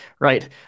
right